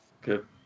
Good